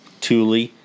Thule